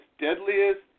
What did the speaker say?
deadliest